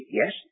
yes